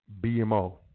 BMO